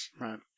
Right